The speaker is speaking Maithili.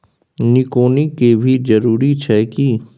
निकौनी के भी जरूरी छै की?